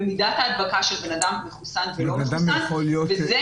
במידת ההדבקה של בן אדם מחוסן ולא מחוסן וצריך